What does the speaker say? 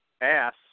ass